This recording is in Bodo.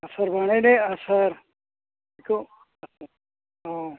आसार बानायनो आसार बेखौ अ